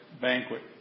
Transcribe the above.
banquet